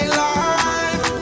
life